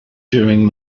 during